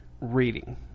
Reading